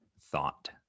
thought